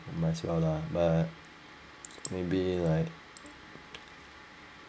as well lah but maybe like